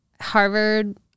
Harvard